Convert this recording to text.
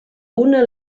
una